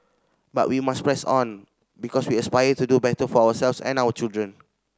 but we must press on because we aspire to do better for ourselves and our children